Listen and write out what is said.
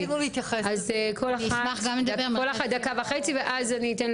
תודה, יושבת הראש, אני מיקה